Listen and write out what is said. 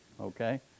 Okay